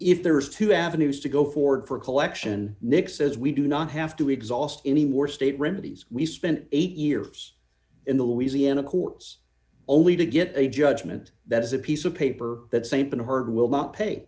if there is two avenues to go forward for collection nic says we do not have to exhaust any more state remedies we spent eight years in the louisiana courts only to get a judgment that is a piece of paper that same herd will not pay